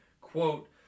Quote